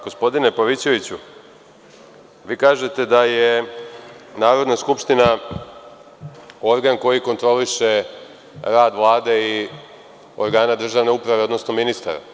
Gospodine Pavićeviću, vi kažete da je Narodna skupština organ koji kontroliše rad Vlade i organa državne uprave, odnosno ministara.